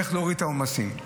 איך להוריד את העומסים.